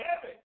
heavy